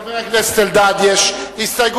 לחבר הכנסת אלדד יש הסתייגות,